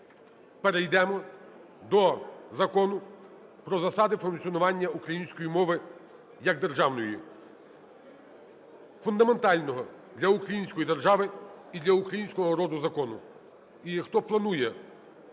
перейдемо до Закону про засади функціонування української мови як державної - фундаментального для української держави і для українського народу закону.